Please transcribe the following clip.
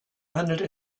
handelte